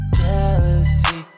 jealousy